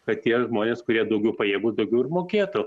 kad tie žmonės kurie daugiau pajėgų daugiau ir mokėtų